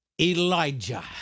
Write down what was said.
Elijah